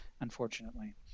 unfortunately